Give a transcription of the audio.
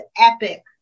epic